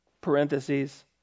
parentheses